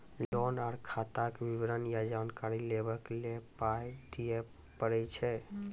Loan आर खाताक विवरण या जानकारी लेबाक लेल पाय दिये पड़ै छै?